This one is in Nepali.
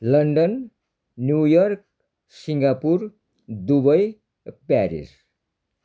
London New York Singapore Dubai Paris